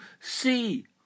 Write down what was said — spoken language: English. see